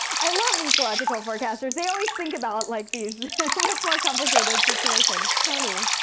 i love ecological forecasters. they always think about like these much more complicated situations. toni.